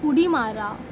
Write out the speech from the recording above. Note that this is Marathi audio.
उडी मारा